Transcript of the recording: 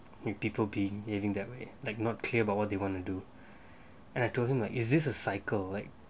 with people being eating their way like not clear about what they want to do and I told him like is this a cycle like